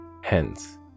Hence